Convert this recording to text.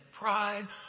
pride